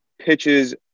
pitches